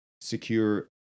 secure